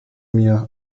mir